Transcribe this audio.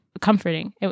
comforting